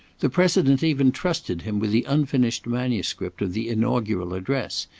the president even trusted him with the unfinished manuscript of the inaugural address,